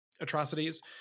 atrocities